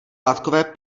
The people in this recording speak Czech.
látkové